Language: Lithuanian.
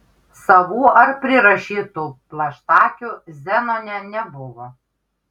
savų ar prirašytų plaštakių zenone nebuvo